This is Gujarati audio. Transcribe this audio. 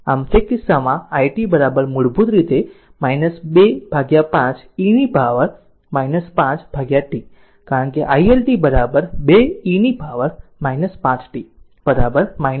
આમ તે કિસ્સામાં i t મૂળભૂત રીતે 25 e પાવર પર 5 t કારણ કે i L t 2 e power પર 5 t 0